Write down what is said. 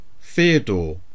Theodore